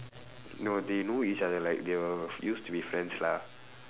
no they know each other like they will used to be friends lah